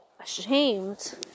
ashamed